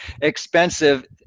expensive